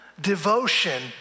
Devotion